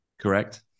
Correct